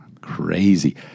crazy